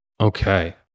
Okay